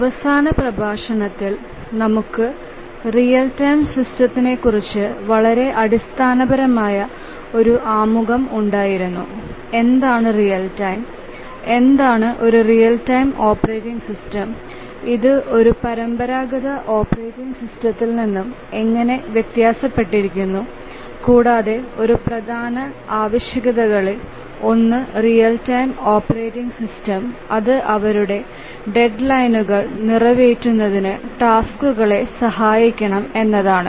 അവസാന പ്രഭാഷണത്തിൽ നമുക്ക് റിയൽ ടൈം സിസ്റ്റംസ്ക്കുറിച്ച് വളരെ അടിസ്ഥാനപരമായ ഒരു ആമുഖം ഉണ്ടായിരുന്നു എന്താണ് റിയൽ ടൈം എന്താണ് ഒരു റിയൽ ടൈം ഓപ്പറേറ്റിംഗ് സിസ്റ്റം ഇത് ഒരു പരമ്പരാഗത ഓപ്പറേറ്റിംഗ് സിസ്റ്റത്തിൽ നിന്ന് എങ്ങനെ വ്യത്യാസപ്പെട്ടിരിക്കുന്നു കൂടാതെ ഒരു പ്രധാന ആവശ്യകതകളിൽ ഒന്ന് റിയൽ ടൈം ഓപ്പറേറ്റിംഗ് സിസ്റ്റം അത് അവരുടെ ഡെഡ്ലൈനുകൾ നിറവേറ്റുന്നതിന് ടാസ്ക്കുകളെ സഹായിക്കണം എന്നതാണ്